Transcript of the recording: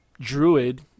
druid